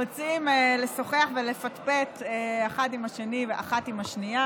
רוצים לשוחח ולפטפט אחד עם השני ואחת עם השנייה.